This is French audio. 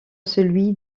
celui